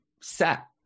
set